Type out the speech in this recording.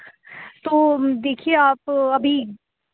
تو دیکھیے آپ ابھی